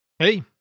Hey